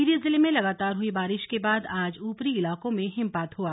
टिहरी जिले में लगातार हुई बारिश के बाद आज ऊपरी इलाकों में हिमपात हुआ